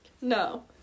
No